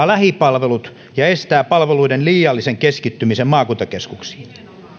lähipalvelut ja estää palveluiden liiallisen keskittymisen maakuntakeskuksiin